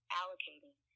allocating